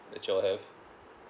that you have